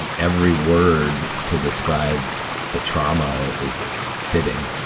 um every word to describe the trauma is fitting.